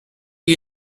you